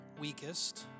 weakest